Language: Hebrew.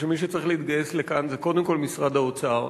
אני חושב שמי שצריך להתגייס לכאן זה קודם כול משרד האוצר,